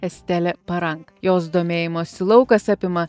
estelė parank jos domėjimosi laukas apima